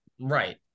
right